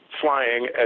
flying